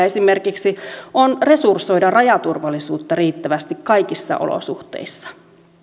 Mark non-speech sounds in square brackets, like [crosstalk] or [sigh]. [unintelligible] esimerkiksi on resursoida rajaturvallisuutta riittävästi kaikissa olosuhteissa